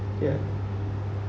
ya